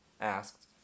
asked